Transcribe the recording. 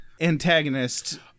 antagonist